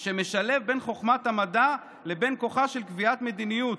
שהוא "משלב בין חוכמת המדע לבין כוחה של קביעת מדיניות".